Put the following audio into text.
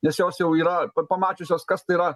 nes jos jau yra pamačiusios kas tai yra